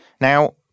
Now